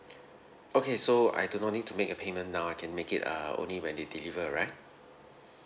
okay so I do not need to make a payment now I can make it uh only when they deliver right